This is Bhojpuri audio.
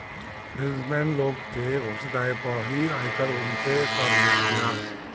बिजनेस मैन लोग के घोषित आय पअ ही आयकर उनसे कर लेत बिया